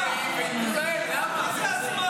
למה?